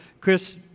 Chris